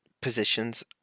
positions